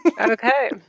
Okay